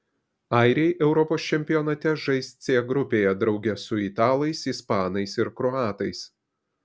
airiai europos čempionate žais c grupėje drauge su italais ispanais ir kroatais